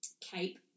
cape